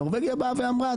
נורבגיה באה ואמרה,